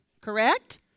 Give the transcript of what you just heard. Correct